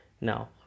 Now